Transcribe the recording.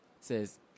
says